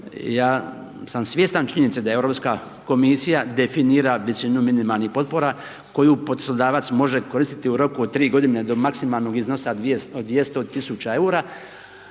ja sam svjestan činjenice da Europska komisija definira visinu minimalnih potpora koju poslodavac može koristiti u roku od 3 godine do maksimalnog iznosa od 200 tisuća eura.